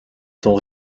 sont